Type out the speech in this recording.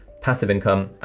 passive income,